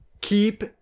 Keep